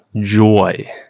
joy